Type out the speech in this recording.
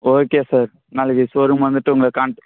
okay sir நாளைக்கு showroom வந்துவிட்டு உங்களை கான்டாக்ட்